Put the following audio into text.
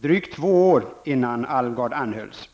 drygt två år innan Alvgard anhölls.